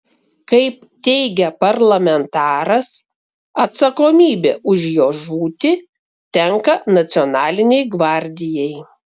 kaip teigia parlamentaras atsakomybė už jo žūtį tenka nacionalinei gvardijai